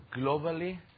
globally